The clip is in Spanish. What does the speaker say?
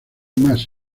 más